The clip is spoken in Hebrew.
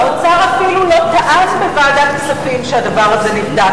האוצר אפילו לא טען בוועדת כספים שהדבר הזה נבדק,